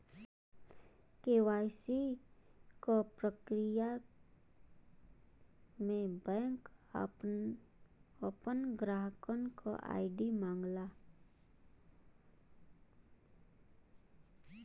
KYC क प्रक्रिया में बैंक अपने ग्राहकन क आई.डी मांगला